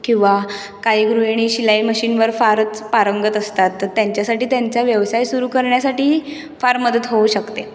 किंवा काही गृहिणी शिलाई मशीनवर फारच पारंगत असतात तर त्यांच्यासाठी त्यांचा व्यवसाय सुरू करण्यासाठी फार मदत होऊ शकते